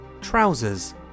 Trousers